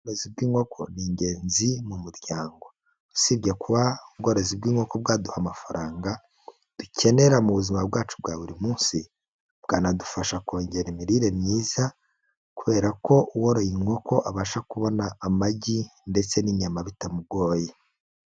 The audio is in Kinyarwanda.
Ubworozi bw'inkoko ni ingenzi mu muryango. Usibye kuba ubworozi bw'inkoko bwaduha amafaranga dukenera mu buzima bwacu bwa buri munsi, bwanadufasha kongera imirire myiza, kubera ko uworoye inkoko abasha kubona amagi ndetse n'inyama bitamugoye.